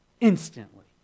Instantly